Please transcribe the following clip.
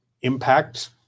impact